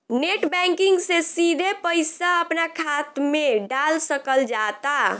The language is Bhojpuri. नेट बैंकिग से सिधे पईसा अपना खात मे डाल सकल जाता